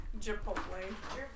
Chipotle